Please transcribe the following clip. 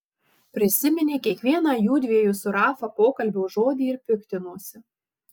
prisiminė kiekvieną jųdviejų su rafa pokalbio žodį ir piktinosi